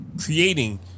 creating